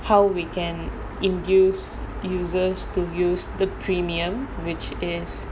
how we can induce users to use the premium which is